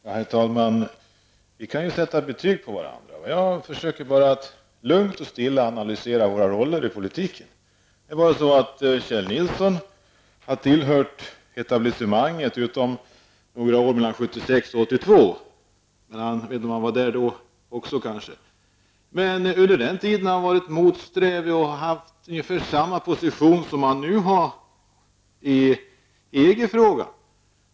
Herr talman! Vi kan ju sätta betyg på varandra om vi vill det. Men jag försöker bara att lugnt och stilla analysera våra roller i politiken. Kjell Nilsson har tillhört etablissemanget utom några år mellan 1976--1982 -- eller han kanske tillhörde det då också. Men under denna tid har han varit motsträvig och haft ungefär samma position som den han nu har i EG-frågan.